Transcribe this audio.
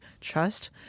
trust